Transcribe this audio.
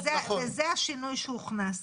זה השינוי שהוכנס כעת.